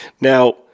now